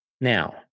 now